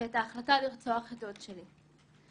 ואת ההחלטה לרצוח את דוד שלי,